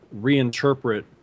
reinterpret